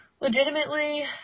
Legitimately